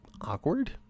awkward